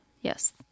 Yes